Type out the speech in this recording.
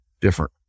different